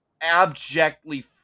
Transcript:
abjectly